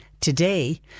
today